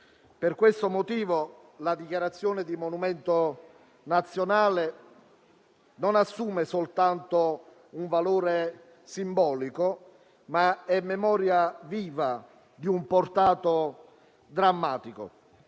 Per questo motivo la dichiarazione di monumento nazionale non solo assume un valore simbolico, ma è anche memoria viva di un portato drammatico.